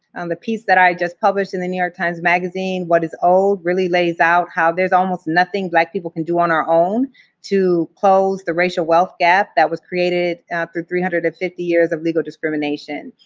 the piece that i just published in the new york times magazine, what is owed, really lays out how there's almost nothing black people can do on our own to close the racial wealth gap that was created after three hundred and fifty years of legal discrimination.